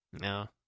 No